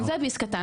זה ביס קטן,